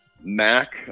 Mac